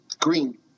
green